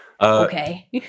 Okay